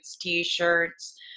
T-shirts